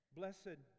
blessed